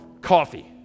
coffee